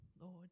Lord